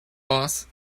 boss